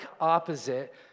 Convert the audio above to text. opposite